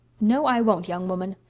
no, i won't, young woman.